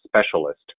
specialist